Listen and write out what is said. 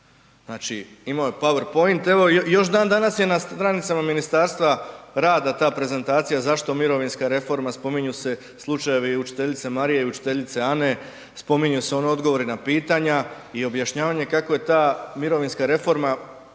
Znači imao je PowerPoint, evo još dandanas je na stranicama Ministarstva rada ta prezentacija zašto mirovinska reforma, spominju se slučajevi učiteljice Marije i učiteljice Ane, spominju se oni odgovori na pitanja i objašnjavanja kako je ta mirovinska reforma